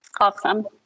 Awesome